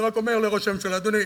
אני רק אומר לראש הממשלה: אדוני,